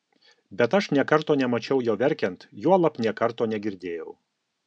bet aš nė karto nemačiau jo verkiant juolab nė karto negirdėjau